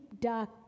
dark